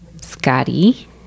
Scotty